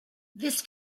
this